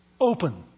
open